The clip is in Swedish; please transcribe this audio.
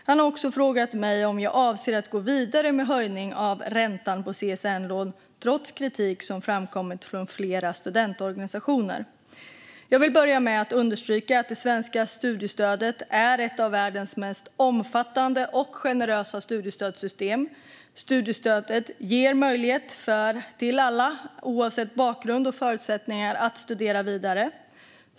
Han har också frågat mig om jag avser att gå vidare med höjningen av räntan på CSN-lån trots kritik som framkommit från flera studentorganisationer. Jag vill börja med att understryka att det svenska studiestödet är ett av världens mest omfattande och generösa studiestödssystem. Studiestödet ger möjlighet till alla, oavsett bakgrund och förutsättningar, att studera vidare.